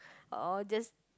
or just